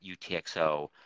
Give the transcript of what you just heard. UTXO